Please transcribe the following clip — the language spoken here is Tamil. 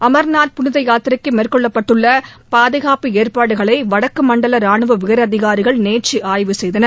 அர்நாத் புனித யாத்திரைக்கு மேற்கொள்ளப்பட்டுள்ள பாதுகாப்பு ஏற்பாடுகளை வடக்கு மண்டல ராணுவ உயரதிகாரிகள் நேற்று ஆய்வு செய்தனர்